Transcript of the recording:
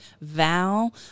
Val